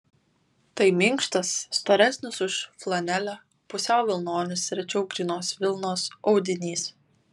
tai minkštas storesnis už flanelę pusiau vilnonis rečiau grynos vilnos audinys